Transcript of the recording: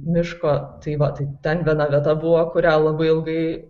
miško tai va tai ten viena vieta buvo kurią labai ilgai